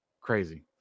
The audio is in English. Crazy